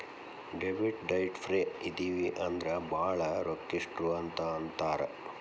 debit ಡೈಟ್ ಫ್ರೇ ಇದಿವಿ ಅಂದ್ರ ಭಾಳ್ ರೊಕ್ಕಿಷ್ಟ್ರು ಅಂತ್ ಅಂತಾರ